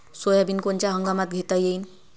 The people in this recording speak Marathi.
सोयाबिन कोनच्या हंगामात घेता येईन?